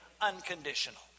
unconditional